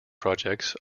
projects